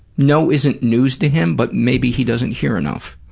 know isn't news to him but maybe he doesn't hear enough.